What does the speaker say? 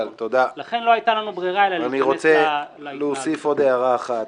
לכן לא הייתה לנו ברירה אלא --- אני רוצה להוסיף עוד הערה אחת,